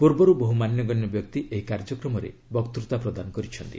ପୂର୍ବରୁ ବହୁ ମାନ୍ୟଗଣ୍ୟ ବ୍ୟକ୍ତି ଏହି କାର୍ଯ୍ୟକ୍ରମରେ ବକ୍ତୃତା ପ୍ରଦାନ କରିଛନ୍ତି